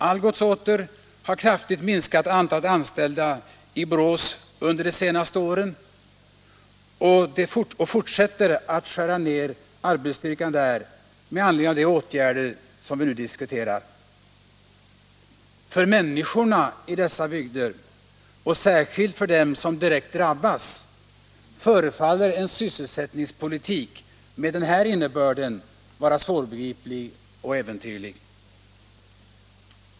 Algots har kraftigt minskat antalet anställda i Borås under de senaste åren och fortsätter att skära ner arbetsstyrkan där med anledning av de åtgärder vi nu diskuterat. För människorna i dessa bygder och särskilt för dem som direkt drabbas förefaller en sysselsättningspolitik med den här innebörden vara svårbegriplig och äventyrlig.